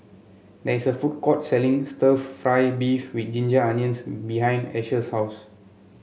there is a food court selling stir fry beef with Ginger Onions behind Asher's house